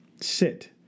sit